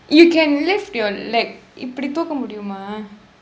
you can lift your leg இப்படி தூக்க முடியுமா:ippadi thukka mudiyumaa